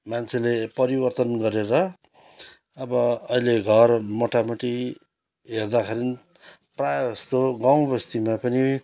मान्छेले परिवर्तन गरेर अब अहिले घर मोटामोटी हेर्दाखेरि प्रायःजस्तो गाउँबस्तीमा पनि